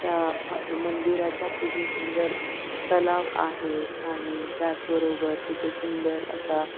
त्या ह्या मंदिराच्या पुढे सुंदर तलाव आहे आणि त्याचबरोबर तिथे सुंदर असा